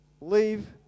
leave